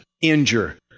injure